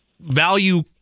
value